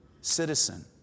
Citizen